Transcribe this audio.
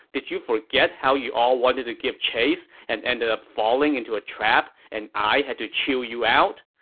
did you forget how you all wanted to give chase and ended up falling into a trap and i had to chew you out?